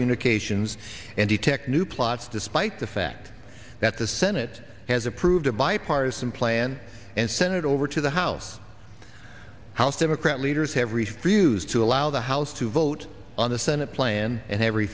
communications and detect new plots despite the fact that the senate has approved a bipartisan plan and senate over to the house house democrat leaders have refused to allow the house to vote on the senate plan and